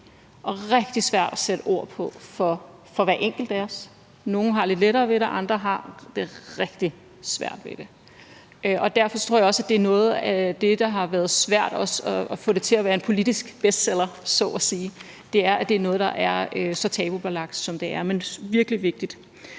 og rigtig svært at sætte ord på for hver enkelt af os. Nogle har lidt lettere ved det, andre har rigtig svært ved det. Derfor tror jeg også, at det er noget af det, der har gjort det svært at få det til at være en politisk bestseller så at sige – altså at det er noget, der er så tabubelagt, som det er. Men det er virkelig vigtigt.